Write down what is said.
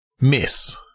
miss